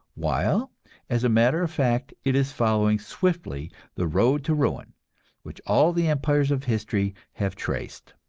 while as a matter of fact it is following swiftly the road to ruin which all the empires of history have traced.